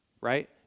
right